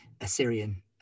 assyrian